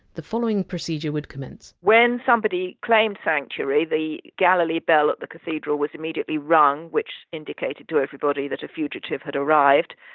the following procedure would commence when somebody claimed sanctuary, the galilee bell at the cathedral was immediately rung, which indicated to everybody that a fugitive had arrived.